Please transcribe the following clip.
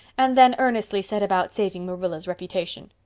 and then earnestly set about saving marilla's reputation.